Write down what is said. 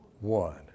One